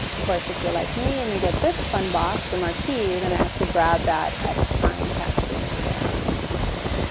course, if you're like me and you get this fun box, the marquee, you're going to actually grab that x sign to actually move it around the board.